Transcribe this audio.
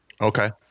Okay